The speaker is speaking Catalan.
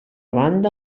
banda